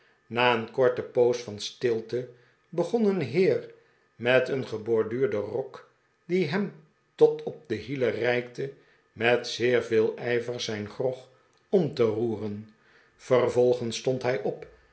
na een korte poos van stilte begon een heer met een geborduurden rok die hem tot op de hielen reikte met zeer veel ijver zijn grog om te roeren vervolgens stond hij op